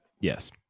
Yes